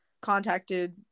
contacted